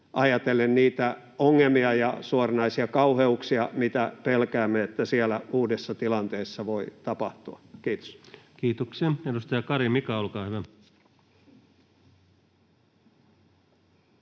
ajatellen niitä ongelmia ja suoranaisia kauheuksia, mitä pelkäämme, että siellä uudessa tilanteessa voi tapahtua. — Kiitos. [Speech 21] Speaker: